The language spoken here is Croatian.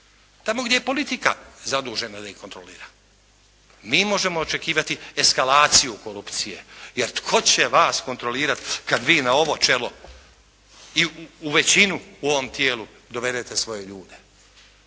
tamo gdje je politika zadužena da ih kontrolira, mi možemo očekivati eskalaciju korupciju jer tko će vas kontrolirati kad vi na ovo čelo i u većinu u ovom tijelu dovedete svoje ljude?